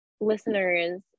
listeners